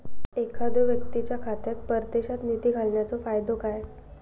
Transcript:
एखादो व्यक्तीच्या खात्यात परदेशात निधी घालन्याचो फायदो काय?